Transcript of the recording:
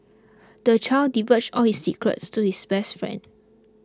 the child divulged all his secrets to his best friend